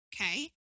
okay